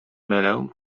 mylę